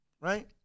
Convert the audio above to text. right